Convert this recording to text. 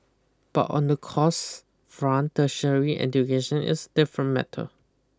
but on the costs front tertiary education is different matter